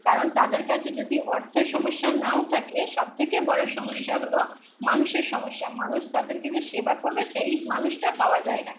কারণ তাদের কাছে যদি অর্থের সমস্যা নাও থাকে সব থেকে বড়ো সমস্যা হলো মানুষের সমস্যা মানুষ তাদেরকে যে সেবা করবে সেই মানুষটা পাওয়া যায় না